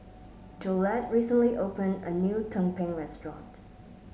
Jolette recently opened a new tumpeng restaurant